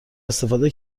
استفاده